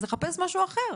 לחפש משהו אחר,